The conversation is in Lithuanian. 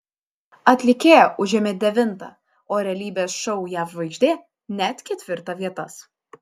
atlikėja užėmė devintą o realybės šou jav žvaigždė net ketvirtą vietas